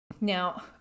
Now